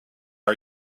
are